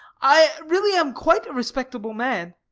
i really am quite a respectable man.